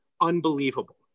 unbelievable